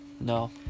No